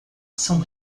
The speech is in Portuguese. são